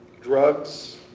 Drugs